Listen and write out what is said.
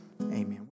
amen